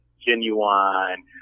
Genuine